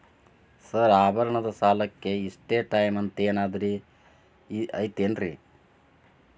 Sir ಆಭರಣದ ಸಾಲಕ್ಕೆ ಇಷ್ಟೇ ಟೈಮ್ ಅಂತೆನಾದ್ರಿ ಐತೇನ್ರೇ?